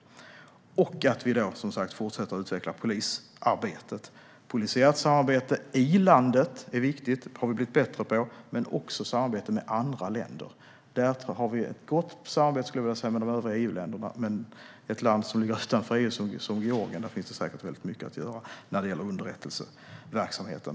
Därutöver måste vi som sagt fortsätta att utveckla polisarbetet. Polisiärt samarbete i landet är viktigt - det har vi blivit bättre på - men också samarbete med andra länder. Vi har ett gott samarbete med de övriga EU-länderna, men med ett land som Georgien, som ligger utanför EU, finns det säkert mycket att göra när det gäller underrättelseverksamheten.